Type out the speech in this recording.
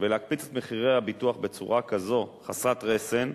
ולהקפיץ את מחירי הביטוח בצורה כזאת חסרת רסן,